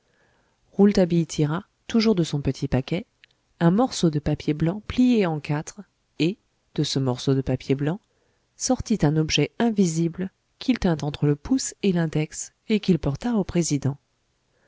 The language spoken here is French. rouletabille tira toujours de son petit paquet un morceau de papier blanc plié en quatre et de ce morceau de papier blanc sortit un objet invisible qu'il tint entre le pouce et l'index et qu'il porta au président